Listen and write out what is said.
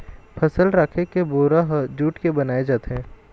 फसल राखे के बोरा ह जूट के बनाए जाथे